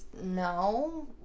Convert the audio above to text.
No